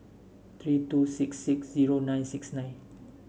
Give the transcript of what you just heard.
three two six six zero nine six nine